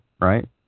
right